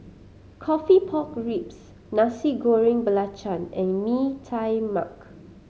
coffee pork ribs Nasi Goreng Belacan and Mee Tai Mak